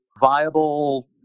viable